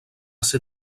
ser